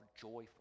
joyful